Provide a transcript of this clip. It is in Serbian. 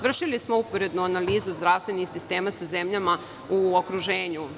Vršili smo uporednu analizu zdravstvenih sistema sa zemljama u okruženju.